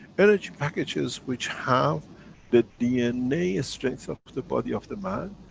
energy packages which have the dna ah strength of but the body of the man,